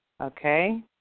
okay